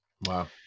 Wow